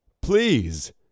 Please